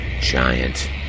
giant